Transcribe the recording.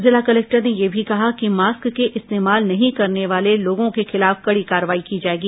जिला कलेक्टर ने यह भी कहा कि मास्क के इस्तेमाल नहीं करने वाले लोगों के खिलाफ कड़ी कार्रवाई की जाएगी